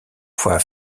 fois